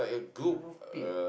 beer